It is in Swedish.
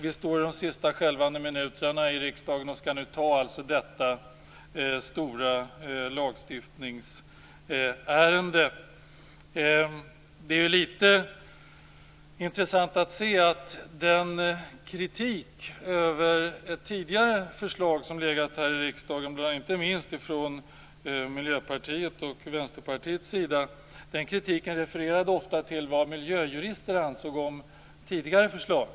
Vi står nu här under de sista skälvande minuterna och skall fatta beslut om detta stora lagstiftningsärende. Det är litet intressant att se att den kritik mot ett tidigare förslag som legat här i riksdagen, inte minst från Miljöpartiets och Vänsterpartiets sida, ofta refererar till till vad miljöjurister ansett om tidigare förslag.